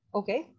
okay